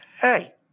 hey